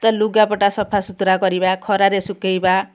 ତା ଲୁଗାପଟା ସଫାସୁତୁରା କରିବା ଖରାରେ ଶୁଖେଇବା